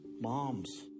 Moms